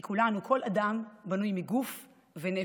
כי כולנו, כל אדם, בנוי מגוף ונפש,